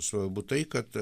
svarbu tai kad